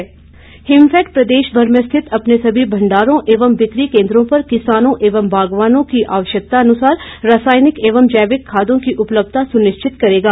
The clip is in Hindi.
हिमफैड हिमफैड प्रदेशभर में स्थित अपने सभी भंडारों एवं बिकी केन्द्रों पर किसानों एवं बागवानों की आवश्यकतानुसार रसायनिक एवं जैविक खादों की उपलब्धता सुनिश्चित करेगा